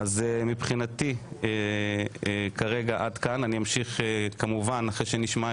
אני רוצה לחתור